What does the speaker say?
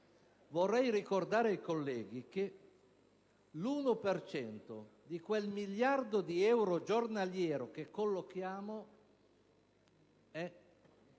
Vorrei ricordare ai colleghi che l'1 per cento di quel miliardo di euro giornaliero che collochiamo è